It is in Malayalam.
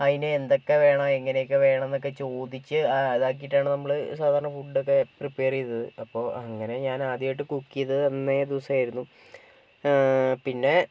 അതിന് എന്തൊക്കെ വേണം എങ്ങനെയൊക്കെ വേണം എന്നൊക്കെ ചോദിച്ച് ഇത് ആക്കിയിട്ടാണ് നമ്മൾ സാധാരണ ഫുഡ് ഒക്കെ പ്രിപ്പയർ ചെയ്തത് അപ്പോൾ അങ്ങനെ ഞാൻ ആദ്യമായിട്ട് കുക്ക് ചെയ്തത് അന്നേദിവസം ആയിരുന്നു പിന്നെ